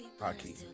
hockey